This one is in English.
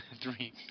Three